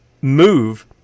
move